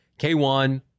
K1